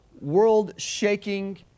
world-shaking